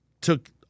took